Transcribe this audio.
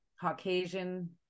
caucasian